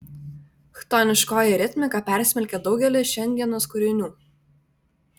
chtoniškoji ritmika persmelkia daugelį šiandienos kūrinių